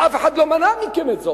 ואף אחד לא מנע מכם את זאת.